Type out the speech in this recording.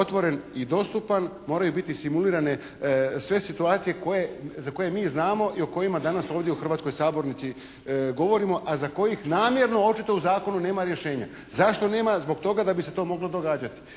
otvoren i dostupan moraju biti simulirane sve situacije koje, za koje mi znamo i o kojima danas ovdje u hrvatskoj sabornici govorimo a za kojih namjerno očito u zakonu nema rješenja. Zašto nema? Zbog toga da bi se to moglo događati.